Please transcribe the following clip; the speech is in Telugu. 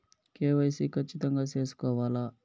కె.వై.సి ఖచ్చితంగా సేసుకోవాలా